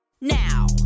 now